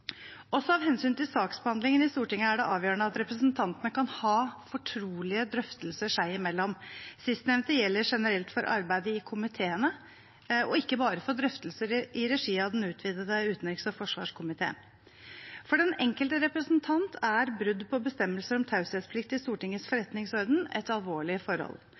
Også av hensyn til saksbehandlingen i Stortinget er det avgjørende at representantene kan ha fortrolige drøftelser seg imellom. Sistnevnte gjelder generelt for arbeidet i komiteene og ikke bare for drøftelser i regi av den utvidede utenriks- og forsvarskomité. For den enkelte representant er brudd på bestemmelser om taushetsplikt i Stortingets forretningsorden et alvorlig forhold.